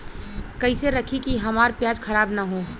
कइसे रखी कि हमार प्याज खराब न हो?